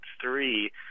three